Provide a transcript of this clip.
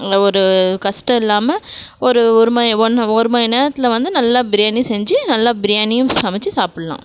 ஒரு கஷ்டம் இல்லாமல் ஒரு ஒரு மணி நேரத்தில் வந்து நல்ல பிரியாணி செஞ்சு நல்ல பிரியாணியும் சமைச்சி சாப்பிட்லாம்